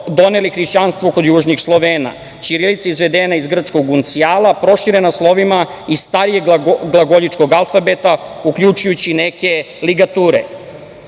doneli hrišćanstvo kod južnih Slovena. Ćirilica je izvedena iz grčkog uncijala, proširena slovima iz starijeg glagoljičkog alfabeta, uključujući neke ligature.